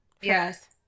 Yes